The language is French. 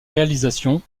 réalisations